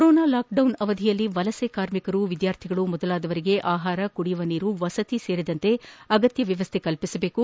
corona lockdown ಅವಧಿಯಲ್ಲಿ ವಲಸೆ ಕಾರ್ಮಿಕರು ವಿದ್ಯಾರ್ಥಿಗಳು ಮೊದಲಾದವರಿಗೆ ಆಹಾರ ಕುಡಿಯುವ ನೀರು ವಸತಿ ಸೇರಿದಂತೆ ಅಗತ್ಯ ವ್ಯವಸ್ಥೆಗಳನ್ನು ಕಲ್ಪಿಸಬೇಕು